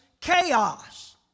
chaos